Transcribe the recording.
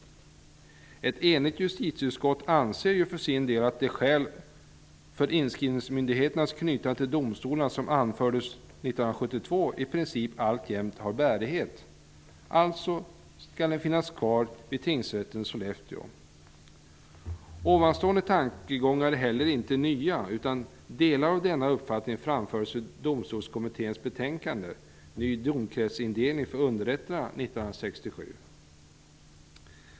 Ett enigt justitieutskott anser ju att de skäl för inskrivningsmyndigheternas knytande till domstolarna som anfördes 1972 i princip alltjämt har bärighet. De skall alltså finnas kvar vid tingsrätten i Sollefteå. Dessa tankegångar är inte nya, utan delar av denna uppfattning framfördes i Domstolskommitténs betänkande, Ny domkretsindelning för underrätterna 1967.